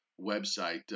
website